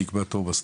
תקבע תור בסניף,